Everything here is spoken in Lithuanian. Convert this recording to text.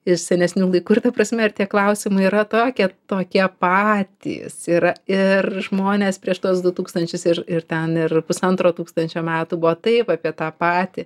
iš senesnių laikų ir ta prasme ir tie klausimai yra tokie tokie patys yra ir žmonės prieš tuos du tūkstančius ir ir ten ir pusantro tūkstančio metų buvo taip apie tą patį